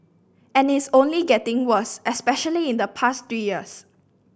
and it's only getting worse especially in the past three years